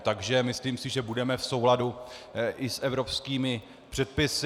Takže si myslím, že budeme v souladu i s evropskými předpisy.